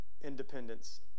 independence